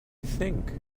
think